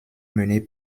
menée